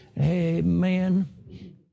Amen